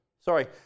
Sorry